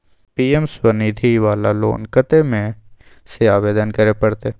PM Svanidhi वाला loan कत्ते से आवेदन करे परतै?